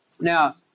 Now